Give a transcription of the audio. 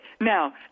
Now